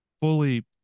fully